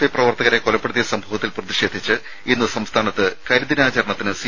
I പ്രവർത്തകരെ കൊലപ്പെടുത്തിയ സംഭവത്തിൽ പ്രതിഷേധിച്ച് ഇന്ന് സംസ്ഥാനത്ത് കരിദിനാചരണത്തിന് സി